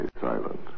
silent